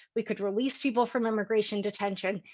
we could release people from immigration detention.